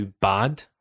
bad